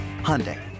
Hyundai